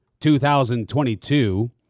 2022